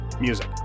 music